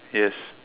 yes